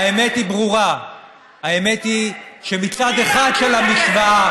האמת היא שמצד אחד של המשוואה